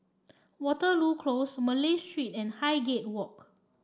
Waterloo Close Malay Street and Highgate Walk